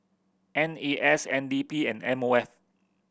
N A S N D P and M O F